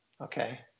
Okay